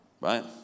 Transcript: Right